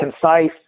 concise